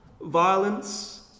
violence